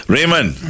Raymond